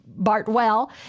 Bartwell